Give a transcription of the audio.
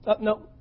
no